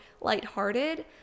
lighthearted